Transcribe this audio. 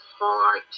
hard